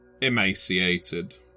emaciated